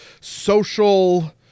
social